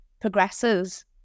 progresses